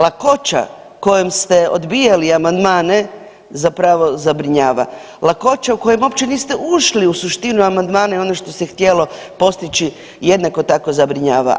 Lakoća kojom ste odbijali amandmane zapravo zabrinjava, lakoća u kojem uopće niste ušli u suštinu amandmana i ono što se htjelo postići jednako tako zabrinjava.